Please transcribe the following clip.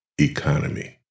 economy